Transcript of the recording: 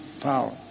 power